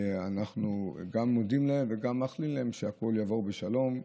אנחנו גם מודים להם וגם מאחלים להם שהכול יעבור בשלום,